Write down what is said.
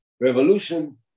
Revolution